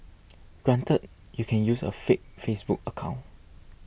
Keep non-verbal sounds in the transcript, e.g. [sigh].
[noise] granted you can use a fake Facebook account